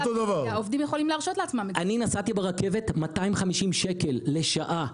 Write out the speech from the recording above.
אני נסעתי ברכבת, 250 שקל לשעה.